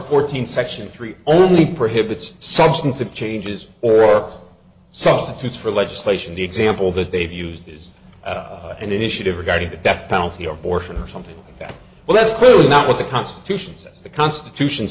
fourteen section three only prohibits substantive changes or substitutes for legislation the example that they've used is an initiative regarding the death penalty or portion or something that well that's clearly not what the constitution says the constitution